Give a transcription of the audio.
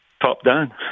top-down